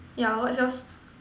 yeah what's yours